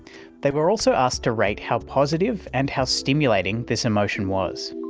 they were also asked to rate how positive and how stimulating this emotion was.